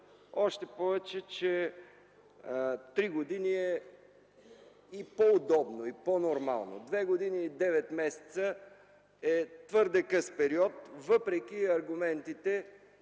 още повече че 3 години е и по-удобно, и по-нормално. Две години и девет месеца е твърде къс период въпреки аргументите,